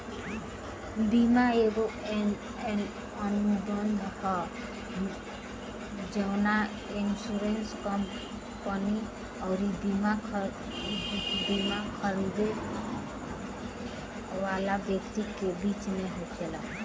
बीमा एगो अनुबंध ह जवन इन्शुरेंस कंपनी अउरी बिमा खरीदे वाला व्यक्ति के बीच में होखेला